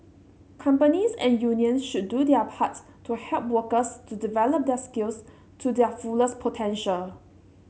companies and unions should do their part to help workers to develop their skills to their fullest potential